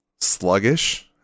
sluggish